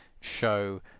show